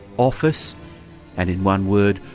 office and in one word,